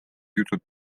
jutud